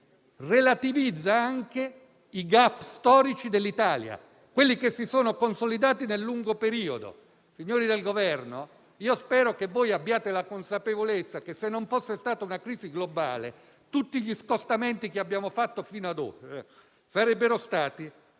relativizza anche i *gap* storici dell'Italia che si sono consolidati nel lungo periodo. Signori del Governo, spero che abbiate la consapevolezza che, se non fosse stata una crisi globale, tutti gli scostamenti che abbiamo fatto finora sarebbero stati